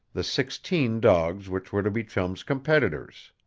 the sixteen dogs which were to be chum's competitors.